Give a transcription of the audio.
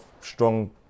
strong